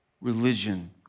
religion